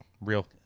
real